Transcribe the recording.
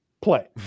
play